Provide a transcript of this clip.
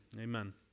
Amen